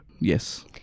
Yes